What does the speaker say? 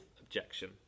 objection